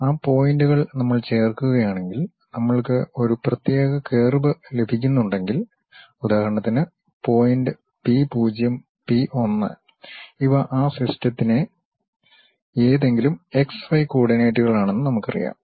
ആ പോയിന്റുകൾനമ്മൾ ചേർക്കുകയാണെങ്കിൽ നമ്മൾക്ക് ഒരു പ്രത്യേക കർവ് ലഭിക്കുന്നുണ്ടെങ്കിൽ ഉദാഹരണത്തിന് പോയിന്റ് പി 0 പി 1 ഇവ ആ സിസ്റ്റത്തിന്റെ ഏതെങ്കിലും എക്സ് വൈ കോർഡിനേറ്റുകളാണെന്ന് നമുക്കറിയാം